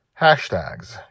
Hashtags